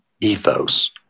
ethos